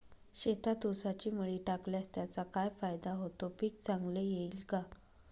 शेतात ऊसाची मळी टाकल्यास त्याचा काय फायदा होतो, पीक चांगले येईल का?